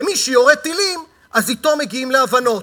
ומי שיורה טילים, אתו מגיעים להבנות.